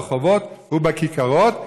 ברחובות ובכיכרות,